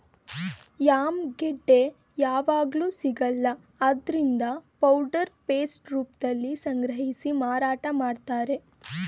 yam ಗೆಡ್ಡೆ ಯಾವಗ್ಲೂ ಸಿಗಲ್ಲ ಆದ್ರಿಂದ ಪೌಡರ್ ಪೇಸ್ಟ್ ರೂಪ್ದಲ್ಲಿ ಸಂಗ್ರಹಿಸಿ ಮಾರಾಟ ಮಾಡ್ತಾರೆ